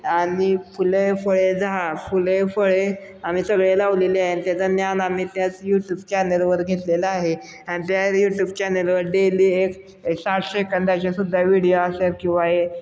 आणि फुले फळे जा फुले फळे आम्ही सगळे लावलेले आहे त्याचं ज्ञान आम्ही त्याच यूट्यूब चॅनलवर घेतलेलं आहे आणि त्या यूट्यूब चॅनलवर डेली एक साठ सेकंदाचेसुद्धा व्हिडिओ असेल किंवा ए